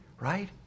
right